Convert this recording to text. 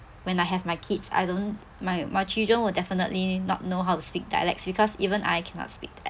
when I have my kids I don't my my children will definitely not know how to speak dialects because even I cannot speak dialects